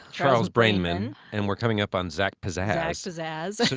charles brainman. and we're coming up on zach pizzazz. zach pizzazz.